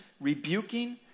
rebuking